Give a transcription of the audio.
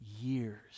years